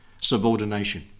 Subordination